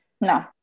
No